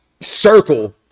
circle